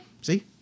See